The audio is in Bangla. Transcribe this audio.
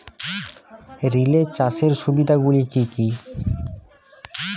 রিলে চাষের সুবিধা গুলি কি কি?